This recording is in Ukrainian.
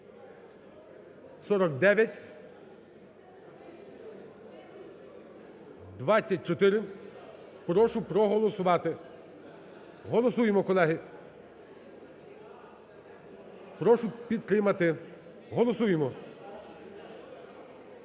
(4924). Прошу проголосувати. Голосуємо, колеги. Прошу підтримати, голосуємо.